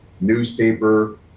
newspaper